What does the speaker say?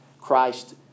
Christ